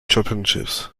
championships